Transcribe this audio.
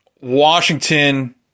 Washington